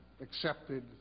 accepted